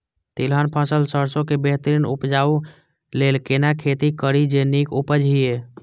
तिलहन फसल सरसों के बेहतरीन उपजाऊ लेल केना खेती करी जे नीक उपज हिय?